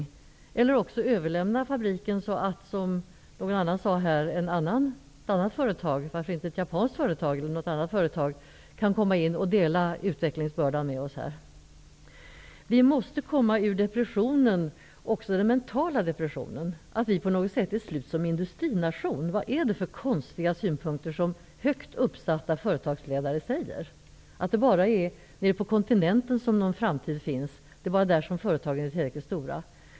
I annat fall måste Volvo överlämna fabriken -- som någon talare var inne på här -- till ett annat företag, t.ex. ett japanskt företag, som kan dela utvecklingsbördan med oss. Vi måste komma ur depressionen -- även den mentala depressionen -- och sluta tro att Sverige skulle vara slut som industrination. Vad är det för konstiga synpunkter som högt uppsatta företagsledare kommer med? Det sägs att det bara finns en framtid nere på kontinenten och att det är bara där som företagen är tillräckligt stora.